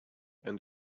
and